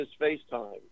FaceTime